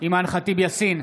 אימאן ח'טיב יאסין,